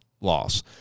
loss